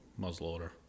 muzzleloader